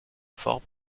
forment